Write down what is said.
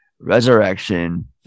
Resurrection